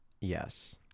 Yes